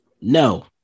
No